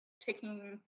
taking